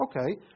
okay